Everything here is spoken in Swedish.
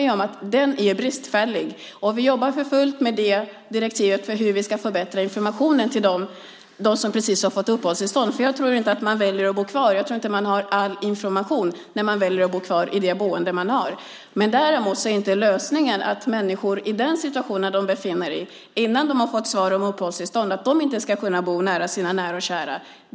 Jag håller med om det. Vi jobbar för fullt med direktivet för hur vi ska förbättra informationen till dem som precis har fått uppehållstillstånd. Jag tror inte att man har all information när man väljer att bo kvar i det boende man har. Däremot är det ingen lösning att människor i den situation de befinner sig i innan de fått svar om uppehållstillstånd inte ska kunna bo i närheten av nära och kära.